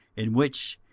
in which,